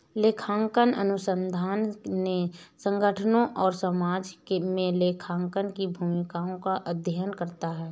लेखांकन अनुसंधान ने संगठनों और समाज में लेखांकन की भूमिकाओं का अध्ययन करता है